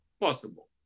possible